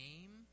name